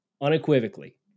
unequivocally